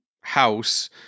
house